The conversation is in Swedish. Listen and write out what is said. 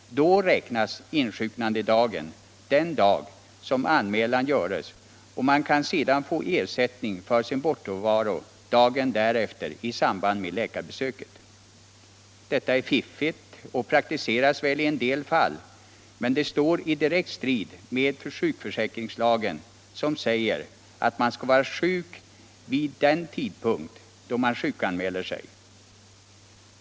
Då räknas som insjuknandedag den dag som anmälan göres, och man kan sedan få ersättning för sin bortavaro dagen därefter i samband med läkarbesöket. Detta är fiffigt och praktiseras väl i en del fall, men det står i direkt strid med sjukförsäkringslagen som säger, att man skall vara sjuk vid den tidpunkt då man sjukanmiäler sig.